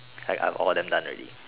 I I all of them done already